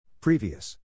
Previous